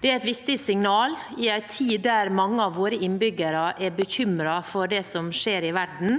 Det er et viktig signal i en tid der mange av våre innbyggere er bekymret for det som skjer i verden,